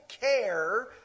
care